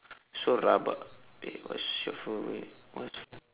so rabak wait what's favourite what's